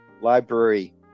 library